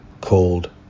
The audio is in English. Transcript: called